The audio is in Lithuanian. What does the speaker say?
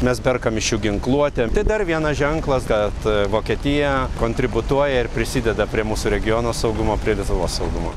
mes perkame iš jų ginkluotę tai dar vienas ženklas kad vokietija kontributuoja ir prisideda prie mūsų regiono saugumo prie lietuvos saugumo